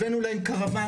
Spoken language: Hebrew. הבאנו להם קרוואנים,